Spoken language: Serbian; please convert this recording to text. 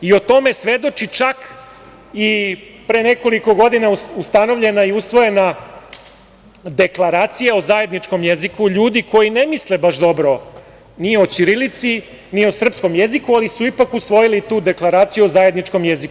O tome svedoči, čak i pre nekoliko godina ustanovljena i usvojena Deklaracija o zajedničkom jeziku ljudi koji ne misle baš dobro ni o ćirilici, ni o srpskom jeziku, ali su ipak usvojili tu deklaraciju o zajedničkom jeziku.